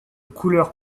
couleur